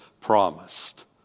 promised